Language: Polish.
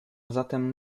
zatem